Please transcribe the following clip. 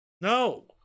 No